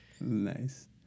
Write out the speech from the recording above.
Nice